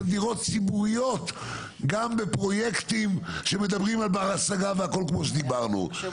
של דירות ציבורית גם בפרויקטים שמדברים על בר השגה והכול כמו שדיברנו.